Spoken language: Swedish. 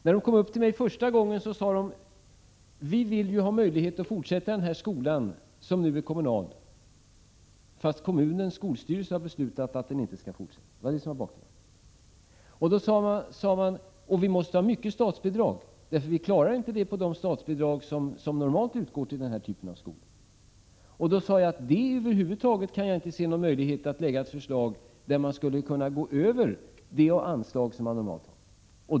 När de kom upp till mig första gången, sade de: Vi vill ha möjlighet att fortsätta den här skolan, som nu är kommunal, fast kommunens skolstyrelse har beslutat att den inte skall fortsätta. Det var bakgrunden, och så sade man: Vi måste ha mycket statsbidrag, för vi klarar inte skolan på det statsbidrag som normalt utgår till skolor av den här typen. Då sade jag att jag över huvud taget inte kunde se någon möjlighet att lägga fram ett förslag om att gå utöver det anslag som normalt ges.